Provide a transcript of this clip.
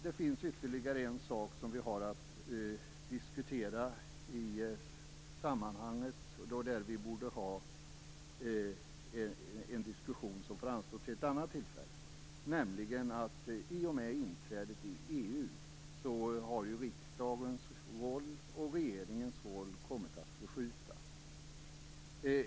Det finns ytterligare en sak som vi borde diskutera i sammanhanget men som får anstå till ett annat tillfälle. I och med inträdet i EU har riksdagens och regeringens roll kommit att förskjutas.